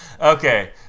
Okay